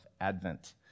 Advent